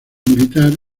militar